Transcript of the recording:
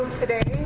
today.